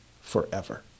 forever